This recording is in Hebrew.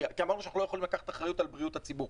כי אמרנו שאנחנו לא יכולים לקחת אחריות על בריאות הציבור.